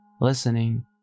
listening